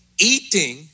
eating